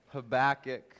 Habakkuk